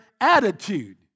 attitude